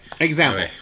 Example